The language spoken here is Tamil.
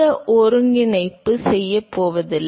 எனவே இங்கு ஒருங்கிணைப்பு செய்யப் போவதில்லை